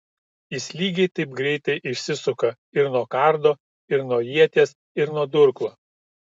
jis lygiai taip greitai išsisuka ir nuo kardo ir nuo ieties ir nuo durklo